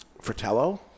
Fratello